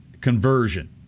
Conversion